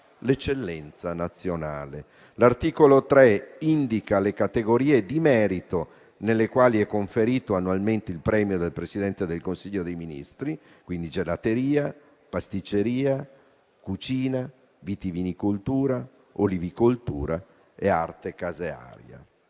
l'eccellenza nazionale. L'articolo 3 indica le categorie di merito nelle quali è conferito annualmente il premio del Presidente del Consiglio dei ministri, e quindi gelateria, pasticceria, cucina, vitivinicoltura, olivicoltura e arte casearia.